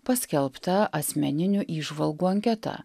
paskelbta asmeninių įžvalgų anketa